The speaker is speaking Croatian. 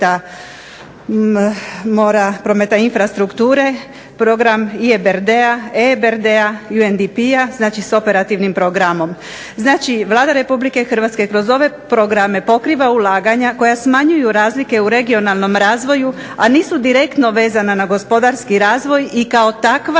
Hrvatske kroz ove programe pokriva ulaganja koja smanjuju razlike u regionalnom razvoju a nisu direktno vezana na gospodarski razvoj i kao takva